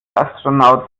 astronaut